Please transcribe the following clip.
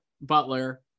Butler